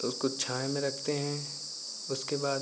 उसको छाया में रखते हैं उसके बाद